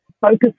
focus